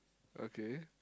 okay